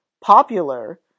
popular